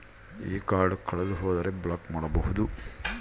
ಈ ಕಾರ್ಡ್ ಕಳೆದು ಹೋದರೆ ಬ್ಲಾಕ್ ಮಾಡಬಹುದು?